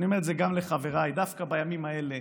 ואני אומר את זה גם לחבריי: דווקא בימים האלה,